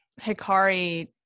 Hikari